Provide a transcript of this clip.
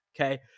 okay